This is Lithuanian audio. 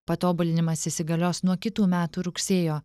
patobulinimas įsigalios nuo kitų metų rugsėjo